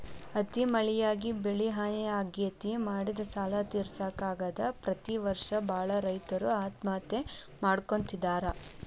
ಅತಿ ಮಳಿಯಾಗಿ ಬೆಳಿಹಾನಿ ಆಗ್ತೇತಿ, ಮಾಡಿದ ಸಾಲಾ ತಿರ್ಸಾಕ ಆಗದ ಪ್ರತಿ ವರ್ಷ ಬಾಳ ರೈತರು ಆತ್ಮಹತ್ಯೆ ಮಾಡ್ಕೋತಿದಾರ